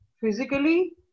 physically